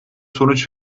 sonuç